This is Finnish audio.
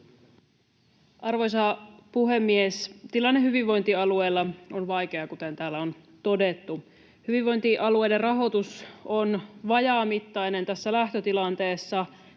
Arvoisa puhemies! Tilanne hyvinvointialueilla on vaikea, kuten täällä on todettu. Hyvinvointialueiden rahoitus on vajaamittainen tässä lähtötilanteessa.